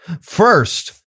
first